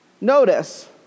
notice